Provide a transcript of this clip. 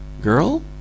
Girl